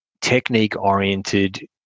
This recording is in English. technique-oriented